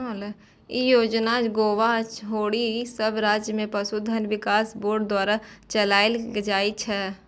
ई योजना गोवा छोड़ि सब राज्य मे पशुधन विकास बोर्ड द्वारा चलाएल जाइ छै